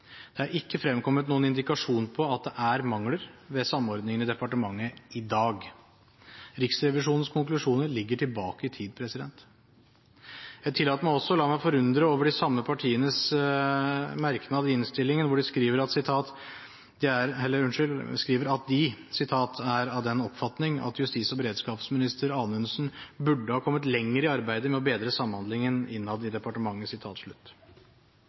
Det er ikke fremkommet noen indikasjon på at det er mangler ved samordningen i departementet i dag. Riksrevisjonens konklusjoner ligger tilbake i tid. Jeg tillater meg også å la meg forundre over de samme partienes merknad i innstillingen, der de skriver at de «er derfor av den oppfatning at justis- og beredskapsminister Anundsen burde ha kommet lenger i arbeidet med å bedre samhandlingen innad i